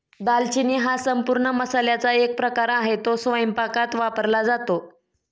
दालचिनी हा संपूर्ण मसाल्याचा एक प्रकार आहे, तो स्वयंपाकात वापरला जातो